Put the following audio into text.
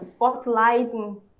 spotlighting